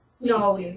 No